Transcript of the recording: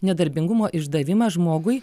nedarbingumo išdavimą žmogui